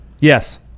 Yes